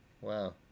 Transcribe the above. Wow